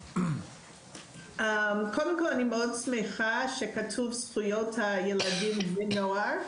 קודם כול, אני שמחה שכתוב זכויות הילדים ונוער,